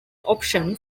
option